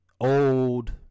old